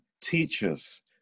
teachers